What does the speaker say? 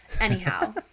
anyhow